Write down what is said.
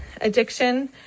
addiction